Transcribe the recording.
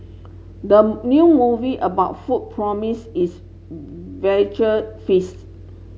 the new movie about food promise is visual feasts